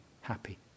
happy